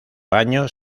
años